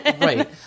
Right